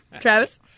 Travis